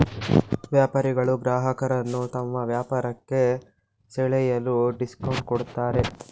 ವ್ಯಾಪಾರಿಗಳು ಗ್ರಾಹಕರನ್ನು ತಮ್ಮ ವ್ಯಾಪಾರಕ್ಕೆ ಸೆಳೆಯಲು ಡಿಸ್ಕೌಂಟ್ ಕೊಡುತ್ತಾರೆ